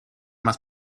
must